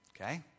Okay